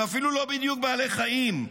הם אפילו לא בדיוק בעלי חיים,